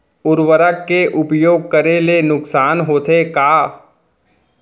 उर्वरक के उपयोग करे ले नुकसान होथे का?